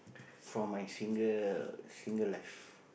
from my single single life